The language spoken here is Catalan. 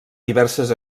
diverses